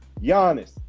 Giannis